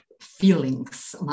feelings